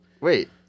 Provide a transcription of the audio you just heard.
Wait